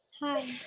Hi